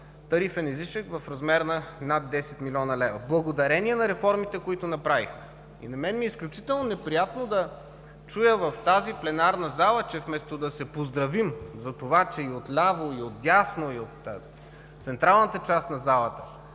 тарифен излишък в размер на над 10 млн. лв. – благодарение на реформите, които направихме. На мен ми е изключително неприятно да чуя в тази пленарна зала, че вместо да се поздравим за това, че и от ляво и от дясно, и от централната част на залата,